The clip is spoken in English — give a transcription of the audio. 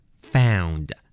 Found